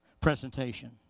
presentation